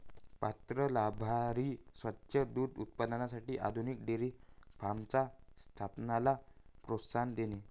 पात्र लाभार्थी स्वच्छ दूध उत्पादनासाठी आधुनिक डेअरी फार्मच्या स्थापनेला प्रोत्साहन देणे